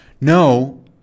no